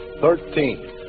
Thirteen